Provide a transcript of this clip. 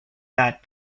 that